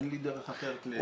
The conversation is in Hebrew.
אין לי דרך אחרת לתאר את זה.